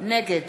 נגד